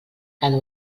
cada